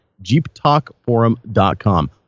JeepTalkForum.com